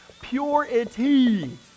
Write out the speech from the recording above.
purity